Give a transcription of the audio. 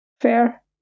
Fair